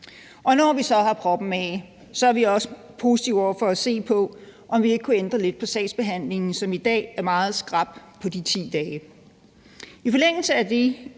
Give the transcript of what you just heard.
når vi så har proppen af, er vi også positive over for at se på, om vi ikke kunne ændre lidt på sagsbehandlingen, som i dag er meget skrap på de 10 dage. I forlængelse af de